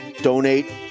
Donate